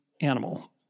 animal